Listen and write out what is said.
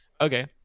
okay